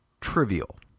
trivial